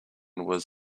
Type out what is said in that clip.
was